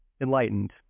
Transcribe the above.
enlightened